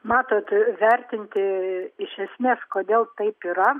matot vertinti iš esmės kodėl taip yra